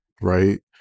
right